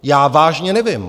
Já vážně nevím.